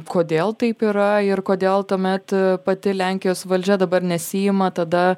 kodėl taip yra ir kodėl tuomet pati lenkijos valdžia dabar nesiima tada